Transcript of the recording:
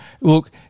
Look